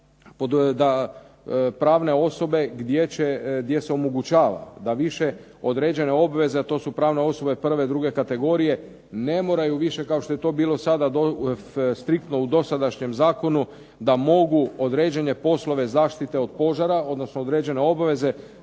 da pravne osobe gdje se omogućava da više određene obveze, a to su pravne osobe prve, druge kategorije ne moraju više kao što je to bilo sada striktno u dosadašnjem zakonu da mogu određene poslove zaštite od požara, odnosno određene obaveze